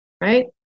right